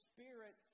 Spirit